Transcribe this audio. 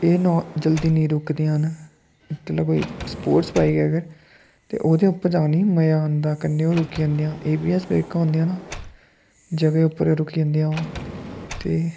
एह् ना जल्दी नी रुकदियां न इत्तलै कोई स्पोर्टस बाइक ऐ अगर ते ओह्दे उप्पर जाने मजा आंदा कन्नै ओह् रुकी जंदियां ए बी एस ब्रेकां होंदियां ना जगहे उप्पर गै रुकी जंदियां ओह् ते